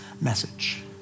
message